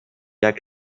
jak